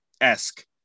esque